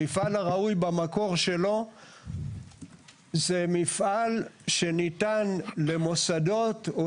המפעל הראוי במקור שלו זה מפעל שניתן למוסדות או